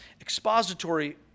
Expository